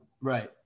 Right